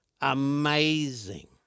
amazing